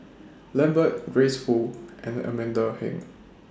Lambert Grace Fu and Amanda Heng